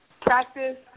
Practice